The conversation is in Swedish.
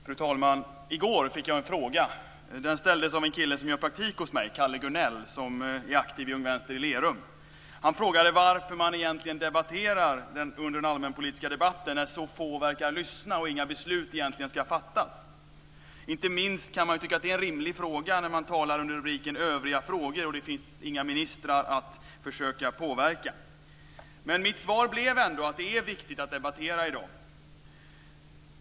Fru talman! I går fick jag en fråga. Den ställdes av en kille som gör praktik hos mig - Calle Gurnell - som är aktiv i Ung Vänster i Lerum. Han frågade varför man egentligen debatterar under den allmänpolitiska debatten när så få verkar lyssna och inga beslut egentligen ska fattas. Inte minst kan man tycka att det är en rimlig fråga när man talar under rubriken "Övriga frågor" och det inte finns några ministrar att försöka påverka. Men mitt svar blev ändå att det är viktigt att debattera i dag.